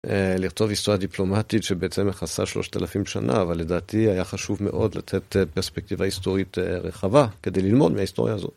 לכתוב היסטוריה דיפלומטית שבעצם מכסה שלושת אלפים שנה, אבל לדעתי היה חשוב מאוד לתת פרספקטיבה היסטורית רחבה כדי ללמוד מההיסטוריה הזאת.